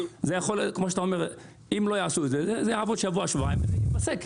אבל אם לא יעשו את זה יעבוד שבוע-שבועיים וייפסק.